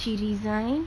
she resigned